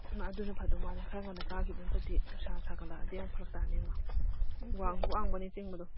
ꯑꯗꯨꯅ ꯐꯗꯧ ꯃꯥꯜꯂꯦ ꯈꯔ ꯉꯟꯅ ꯀꯥꯈꯤꯕ ꯅꯠꯇꯗꯤ ꯅꯨꯡꯁꯥ ꯁꯥꯒꯠꯂꯛꯑꯗꯤ ꯑꯃꯨꯛ ꯐꯔꯛ ꯇꯥꯅꯦꯕ ꯋꯥꯡꯁꯨ ꯋꯥꯡꯕꯅꯤ ꯆꯤꯡꯒꯗꯣ